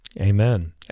amen